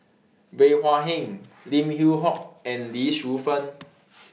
Bey Hua Heng Lim Yew Hock and Lee Shu Fen